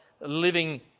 living